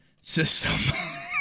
system